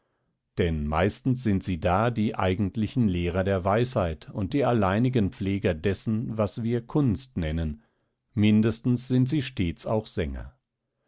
denn meistens sind sie da die eigentlichen lehrer der weisheit und die alleinigen pfleger dessen was wir kunst nennen mindestens sind sie stets auch sänger